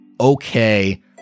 okay